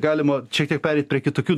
galima šiek tiek pereit prie kitokių